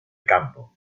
campo